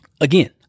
Again